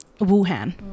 Wuhan